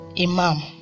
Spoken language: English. Imam